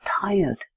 tired